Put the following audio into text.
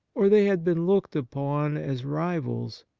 or they had been looked upon as rivals,